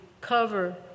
cover